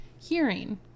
Hearing